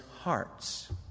hearts